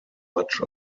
much